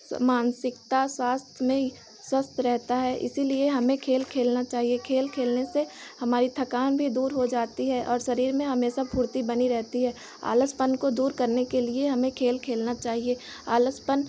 मानसिकता स्वास्थ्य में स्वस्थ रहता है इसीलिए हमे खेल खेलना चाहिए खेल खेलने से हमारी थकान भी दूर हो जाती है और शरीर में हमेशा फुर्ती बनी रहती है आलसपन को दूर करने के लिए हमे खेल खेलना चाहिए आलसपन